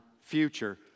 future